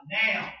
now